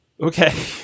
Okay